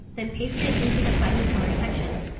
then paste it into the button color section.